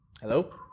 Hello